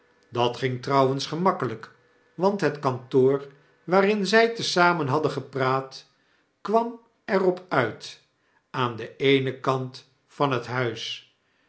dat ging trouwens gemakkelijk want het kantoor waarin zy te zamen hadden gepraat kwam er op uit aan den eenen kant van het huis